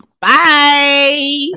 Bye